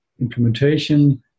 implementation